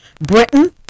Britain